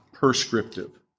prescriptive